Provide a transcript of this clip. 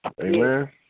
Amen